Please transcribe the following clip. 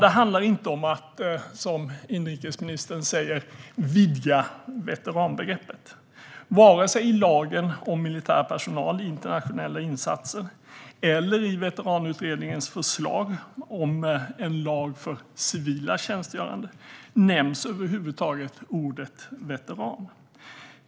Det handlar inte om att, som inrikesministern säger, vidga veteranbegreppet. Varken i lagen om militär personal i internationella insatser eller i Veteranutredningens förslag om en lag för civila tjänstgörande nämns över huvud taget ordet "veteran".